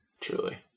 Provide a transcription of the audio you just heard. Truly